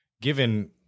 given